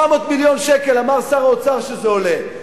400 מיליון שקל אמר שר האוצר שזה עולה,